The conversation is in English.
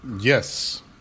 yes